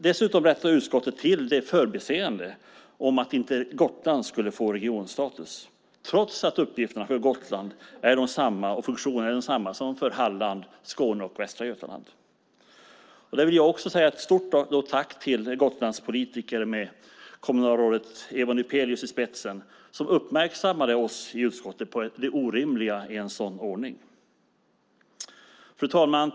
Dessutom rättar utskottet till förbiseendet som innebar att Gotland inte skulle få regionstatus trots att uppgifterna och funktionerna för Gotland är desamma för Halland, Skåne och Västra Götaland. Jag vill också säga ett stort tack till de Gotlandspolitiker med kommunalrådet Eva Nypelius i spetsen som uppmärksammade oss i utskottet på det orimliga i en sådan ordning. Fru talman!